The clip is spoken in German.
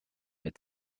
mit